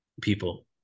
people